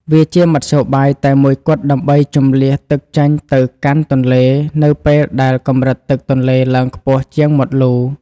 វាជាមធ្យោបាយតែមួយគត់ដើម្បីជម្លៀសទឹកចេញទៅកាន់ទន្លេ នៅពេលដែលកម្រិតទឹកទន្លេឡើងខ្ពស់ជាងមាត់លូ។